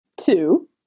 two